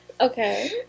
Okay